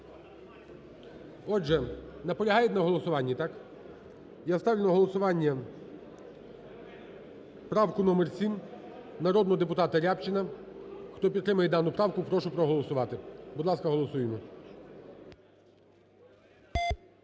Отже, наполягають на голосуванні, так? Я ставлю на голосування правку номер 7, народного депутата Рябчина. Хто підтримує дану правку, прошу проголосувати. Будь ласка, голосуємо.